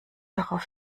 darauf